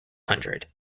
hundred